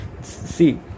see